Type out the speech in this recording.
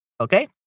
Okay